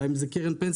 ואולי אם זה קרן פנסיה.